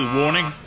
warning